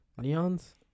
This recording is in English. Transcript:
Neon's